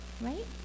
Right